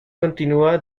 continua